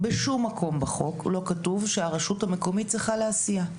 בשום מקום בחוק לא כתוב שהרשות המקומית צריכה להסיע.